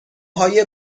های